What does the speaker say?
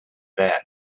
that